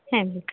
হ্যাঁ